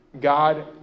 God